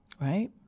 right